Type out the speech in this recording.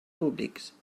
públics